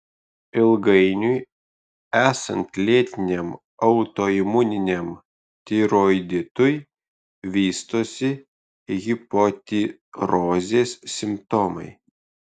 ilgainiui esant lėtiniam autoimuniniam tiroiditui vystosi hipotirozės simptomai